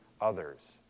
others